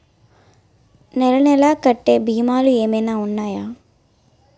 నెల నెల కట్టే భీమాలు ఏమైనా ఉన్నాయా?